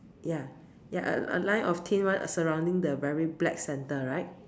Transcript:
ya ya a a line of thin one surrounding the very black center right